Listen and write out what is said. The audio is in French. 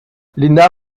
linda